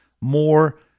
more